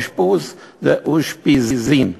אשפוז זה אושפיזין,